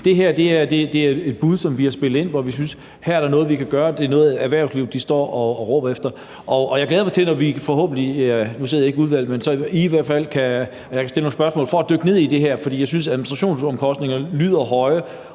Det her er et bud, som vi har spillet ind med, på et område, hvor der er noget, vi kan gøre – noget, som erhvervslivet står og råber efter. Jeg glæder mig til, at I i udvalget – jeg sidder ikke selv i det – kan stille nogle spørgsmål for at dykke ned i det her. For jeg synes, at administrationsomkostningerne lyder store,